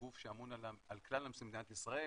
כגוף שאמון על כלל המיסים במדינת ישראל